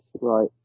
right